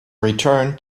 return